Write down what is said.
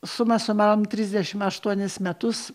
suma sumarum trisdešim aštuonis metus